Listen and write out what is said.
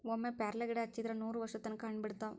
ಒಮ್ಮೆ ಪ್ಯಾರ್ಲಗಿಡಾ ಹಚ್ಚಿದ್ರ ನೂರವರ್ಷದ ತನಕಾ ಹಣ್ಣ ಬಿಡತಾವ